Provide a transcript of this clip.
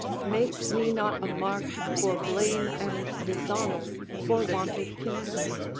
make me not a mark for blame and dishonour for want of kinsmen.